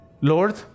Lord